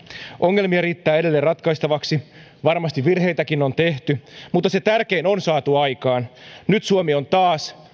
ongelmia riittää edelleen ratkaistavaksi varmasti virheitäkin on tehty mutta se tärkein on saatu aikaan nyt suomi on taas